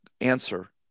answer